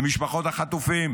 למשפחות החטופים,